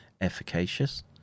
efficacious